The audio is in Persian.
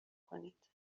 کنید